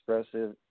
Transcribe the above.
expressive